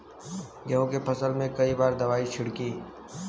गेहूँ के फसल मे कई बार दवाई छिड़की?